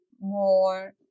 more